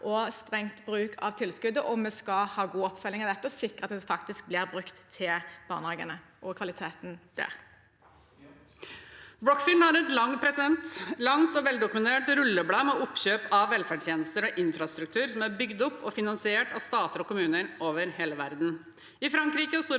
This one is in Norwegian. og streng bruk av tilskuddet. Vi skal også ha god oppfølging av dette og sikre at det faktisk blir brukt til barnehagene og kvaliteten der. Hege Bae Nyholt (R) Brookfield har et langt og veldokumentert rulleblad med oppkjøp av velferdstjenester og infrastruktur som er bygd opp og finansiert av stater og kommuner over hele verden. I Frankrike og Storbritannia